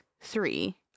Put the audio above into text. three